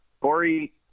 Corey